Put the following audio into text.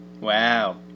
Wow